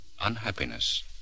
unhappiness